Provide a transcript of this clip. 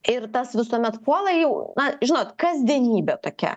ir tas visuomet puola jau na žinot kasdienybė tokia